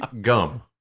Gum